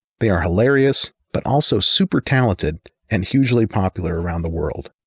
they are hilarious, but also super talented and hugely popular around the world.